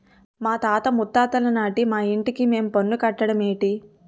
మాతాత ముత్తాతలనాటి మా ఇంటికి మేం పన్ను కట్టడ మేటి